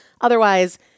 Otherwise